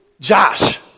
Josh